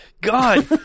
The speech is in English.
God